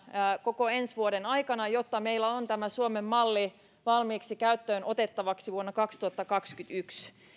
koko ensi vuoden ajan jotta meillä on suomen malli valmiiksi käyttöön otettavaksi vuonna kaksituhattakaksikymmentäyksi